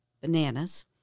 bananas